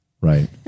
Right